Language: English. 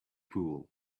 pool